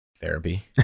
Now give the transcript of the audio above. Therapy